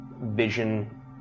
vision